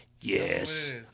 Yes